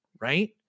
Right